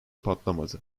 patlamadı